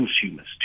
consumers